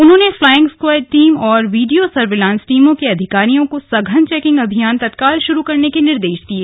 उन्होंने flying squad team और video surveillance टीमों के अधिकारियों को सघन चौकिंग अभियान तत्काल शुरू करने के निर्देश दिये